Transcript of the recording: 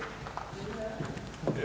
Hvala.